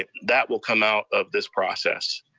that will come out of this process,